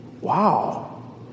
Wow